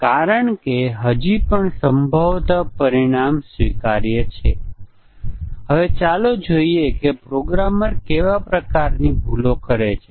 તેઓ junk statements લખતા નથી તેઓ એક કે બે જગ્યા સિવાય અર્થપૂર્ણ પ્રોગ્રામ યોગ્ય કરે છે તેઓ નાની ભૂલો કરે છે